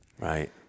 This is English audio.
Right